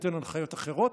ניתן הנחיות אחרות,